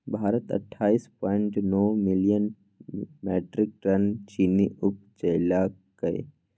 भारत अट्ठाइस पॉइंट नो million metric ton चीन्नी उपजेलकै